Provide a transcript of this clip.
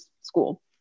school